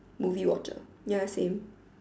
movie watcher ya same